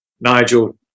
Nigel